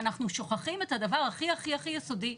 ואנחנו שוכחים את הדבר הכי הכי יסודי,